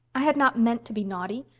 i had not meant to be naughty.